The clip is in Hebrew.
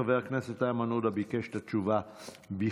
חבר הכנסת איימן עודה ביקש את התשובה בכתב.